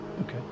Okay